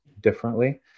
differently